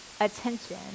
attention